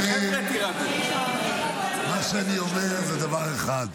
לכן מה שאני אומר זה דבר אחד.